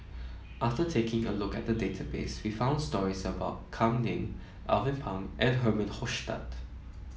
after taking a look at the database we found stories about Kam Ning Alvin Pang and Herman Hochstadt